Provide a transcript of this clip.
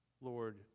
Lord